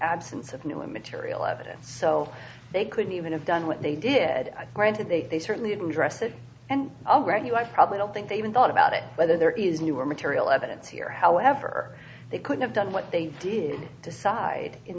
absence of new material evidence so they couldn't even have done what they did i granted they certainly didn't address it and i'll grant you i probably don't think they even thought about it whether there is newer material evidence here however they could have done what they did decide in